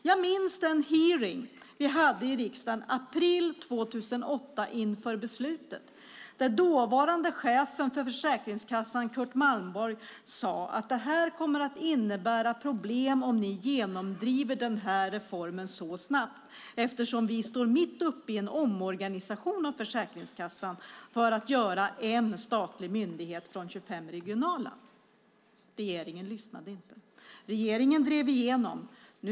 Jag minns den hearing vi hade i riksdagen i april 2008 inför beslutet, då dåvarande chefen för Försäkringskassan Curt Malmborg sade: Det kommer att innebära problem om ni genomdriver denna reform så snabbt eftersom vi står mitt uppe i en omorganisation av Försäkringskassan för att göra en statlig myndighet av 25 regionala. Regeringen lyssnade inte. Regeringen drev igenom förändringarna.